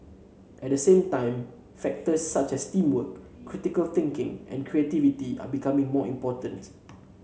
at the same time factors such as teamwork critical thinking and creativity are becoming more important